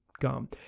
gum